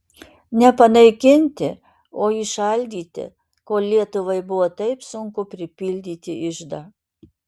ne panaikinti o įšaldyti kol lietuvai buvo taip sunku pripildyti iždą